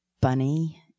bunny